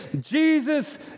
Jesus